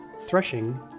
Threshing